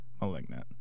malignant